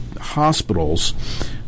hospitals